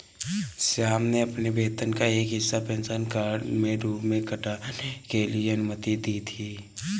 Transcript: श्याम ने अपने वेतन का एक हिस्सा पेंशन फंड के रूप में काटने की अनुमति दी है